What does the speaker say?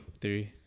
Three